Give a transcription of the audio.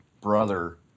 brother